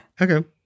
Okay